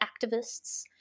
activists